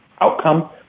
outcome